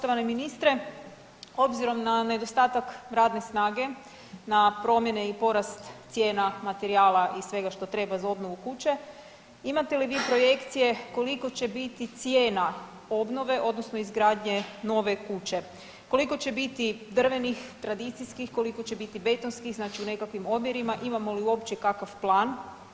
Poštovani ministre, obzirom na nedostatak radne snage, na promjene i porast cijena materijala i svega što treba za obnovu kuće imate li vi projekcije kolika će biti cijena obnove, odnosno izgradnje nove kuće, koliko će biti drvenih, tradicijskih, koliko će biti betonskih, znači u nekakvim omjerima imamo li uopće kakav plan.